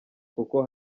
kuko